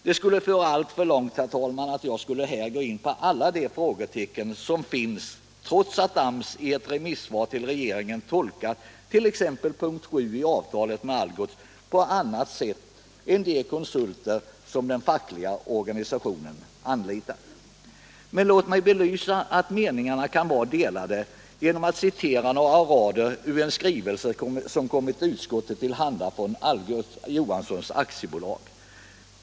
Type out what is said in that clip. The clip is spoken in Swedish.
Det skulle föra alltför långt, herr talman, om jag här skulle gå in på alla de frågetecken som finns, trots att AMS i ett remissvar till regeringen tolkat t.ex. punkten 7 i avtalet med Algots på annat sätt än de konsulter som den fackliga organisationen anlitat. Men låt mig belysa att meningarna kan vara delade, genom att citera några rader ur en skrivelse som kommit utskottet till handa från Algot Johansson AB.